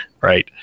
right